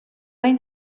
ein